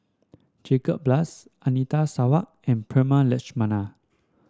Jacob Ballas Anita Sarawak and Prema Letchumanan